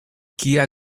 kia